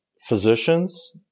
physicians